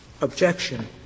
objection